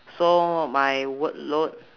so my workload